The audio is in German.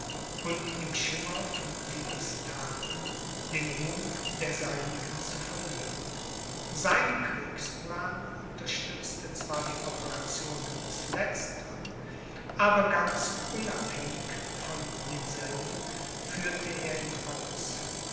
und im schimmer von tillys thaten den ruhm der seinigen zu verlieren sein kriegsplan unterstützte zwar die operationen des letztern aber ganz unabhängig von denselben führte er ihn aus